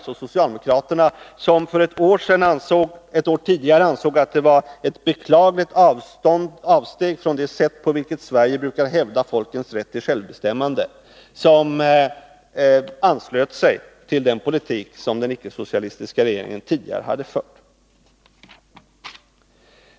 Socialdemokraterna, som ett år tidigare ansåg att detta ställningstagande ”innebar ett beklagligt avsteg från det sätt på vilket Sverige brukar hävda folkens rätt till självbestämmande”, anslöt sig nu till den politik som den icke-socialistiska regeringen tidigare hade fört.